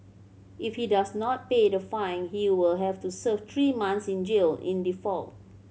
if he does not pay the fine he will have to serve three months in jail in default